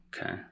Okay